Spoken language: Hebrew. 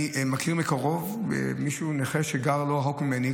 אני מכיר מקרוב מישהו נכה שגר לא רחוק ממני.